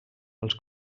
els